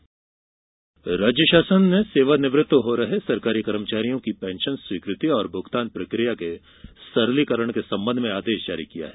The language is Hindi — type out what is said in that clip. पेंशन सरलीकरण राज्य शासन ने सेवा निवृत्त हो रहे सरकारी कर्मचारियों की पेंशन स्वीकृति और भुगतान प्रकिया के सरलीकरण के संबंध में आदेश जारी किया है